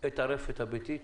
את הרפת הביתית